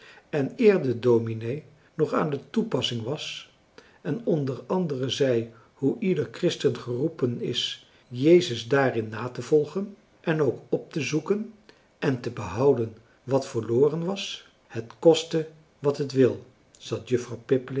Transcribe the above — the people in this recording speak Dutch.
en eer de dominee nog aan de toepassing was en françois haverschmidt familie en kennissen onder anderen zei hoe ieder christen geroepen is jezus daarin na te volgen en ook op te zoeken en te behouden wat verloren was het koste wat het wil zat juffrouw